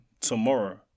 tomorrow